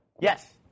Yes